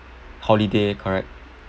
holiday correct